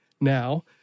now